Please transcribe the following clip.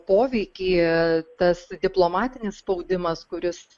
poveikį tas diplomatinis spaudimas kuris